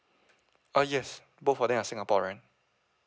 uh yes both of them are singaporean